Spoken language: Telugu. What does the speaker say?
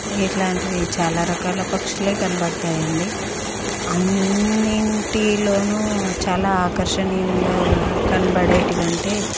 ఇట్లాంటివి చాలా రకాల పక్షులే కనబడతాయి అండి అన్నింటిలోనూ చాలా ఆకర్షణీయంగా కనబడేవి అంటే